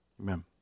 Amen